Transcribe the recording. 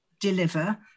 deliver